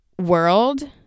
world